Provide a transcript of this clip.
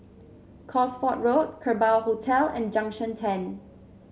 Cosford Road Kerbau Hotel and Junction Ten